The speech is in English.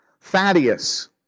Thaddeus